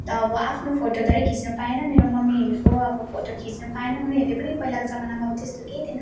त अब आफ्नो फोटोधरि खिच्न पाएन मेरो मम्मीहरूको अब फोटो खिच्न पाएनन् उनीहरूले पनि पहिलाको जमानामा अब त्यस्तो केही थिएन